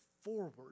forward